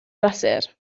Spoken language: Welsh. brysur